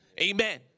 Amen